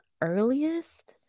earliest